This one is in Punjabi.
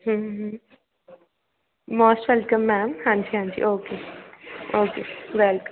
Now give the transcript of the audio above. ਹਮ ਹਮ ਮੋਸਟ ਵੈਲਕਮ ਮੈਮ ਹਾਂਜੀ ਹਾਂਜੀ ਓਕੇ ਓਕੇ ਵੈਲਕਮ